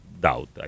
doubt